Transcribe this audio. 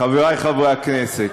חברי חברי הכנסת,